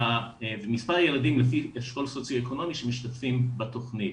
מספר ילדים לפי אשכול סוציו אקונומי שמשתתפים בתכנית.